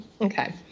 Okay